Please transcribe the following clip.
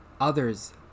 others